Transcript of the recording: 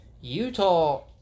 Utah